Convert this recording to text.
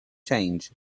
change